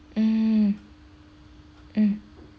mm mm